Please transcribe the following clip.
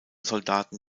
soldaten